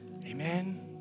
Amen